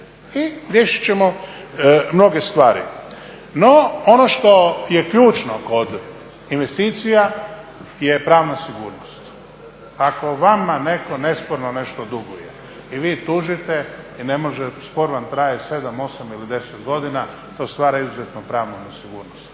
i riješit ćemo mnoge stvari. No ono što je ključno kod investicija je pravna sigurnost. Ako vama netko nesporno nešto duguje i vi tužite, spor vam traje 7, 8 ili 10 godina, to stvara izuzetnu pravnu nesigurnost.